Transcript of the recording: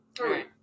right